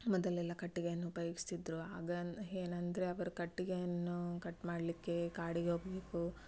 ಮೊದಲೆಲ್ಲ ಕಟ್ಟಿಗೆಯನ್ನು ಉಪಯೋಗಿಸ್ತಿದ್ದರು ಆಗ ಏನಂದ್ರೆ ಅವರು ಕಟ್ಟಿಗೆಯನ್ನು ಕಟ್ ಮಾಡಲಿಕ್ಕೆ ಕಾಡಿಗೆ ಹೋಗಬೇಕು